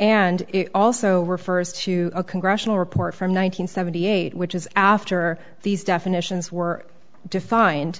and it also refers to a congressional report from one nine hundred seventy eight which is after these definitions were defined